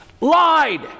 lied